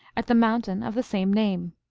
at the mountain of the same name.